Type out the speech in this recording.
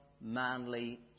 manly